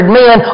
men